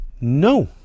no